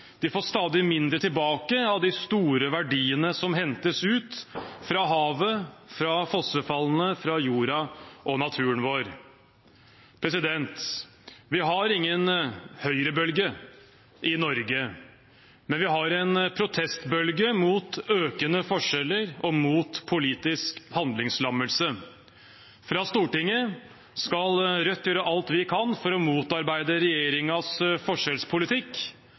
de får stadig mindre tilbake av de store verdiene som hentes ut fra havet, fra fossefallene, fra jorda og naturen vår. Vi har ingen høyrebølge i Norge, men vi har en protestbølge mot økende forskjeller og mot politisk handlingslammelse. Fra Stortinget skal Rødt gjøre alt vi kan for å motarbeide regjeringens forskjellspolitikk,